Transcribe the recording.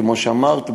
כמו שאמרת,